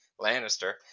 lannister